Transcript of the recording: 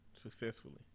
successfully